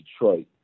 Detroit